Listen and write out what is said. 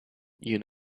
you